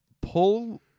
pull